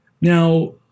now